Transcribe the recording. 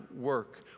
work